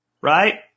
right